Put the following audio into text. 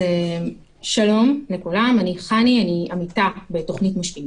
שלום לכולם, אני עמיתה בתוכנית משפיעים.